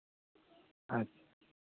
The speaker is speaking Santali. ᱟᱪᱪᱷᱟ